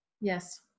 Yes